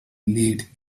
lead